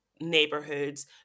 neighborhoods